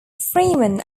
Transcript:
freeman